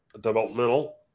developmental